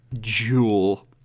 jewel